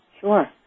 sure